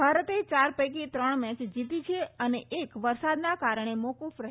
ભારતે ચાર પૈકી ત્રણ મેચ જીતી છે અને એક વરસાદના કારણે મોકૂફ રહી હતી